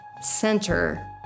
center